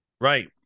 Right